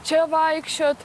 čia vaikščiot